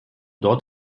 dort